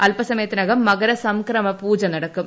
അല്പസമയത്തിനകം മകരസംക്രമ പൂജ നടക്കും